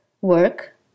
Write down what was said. work